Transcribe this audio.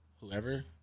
whoever